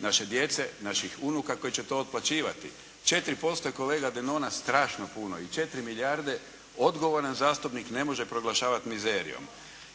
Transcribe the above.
naše djece, naših unuka koji će to otplaćivati. 4% je kolega Denona strašno puno i 4 milijarde odgovoran zastupnik ne može proglašavati mizerijom.